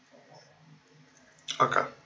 okay